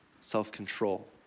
self-control